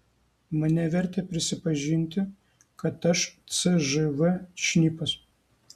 mane vertė prisipažinti kad aš cžv šnipas